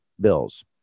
bills